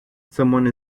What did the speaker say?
someone